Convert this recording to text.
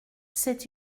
c’est